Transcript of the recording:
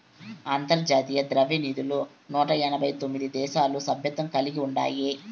అంతర్జాతీయ ద్రవ్యనిధిలో నూట ఎనబై తొమిది దేశాలు సభ్యత్వం కలిగి ఉండాయి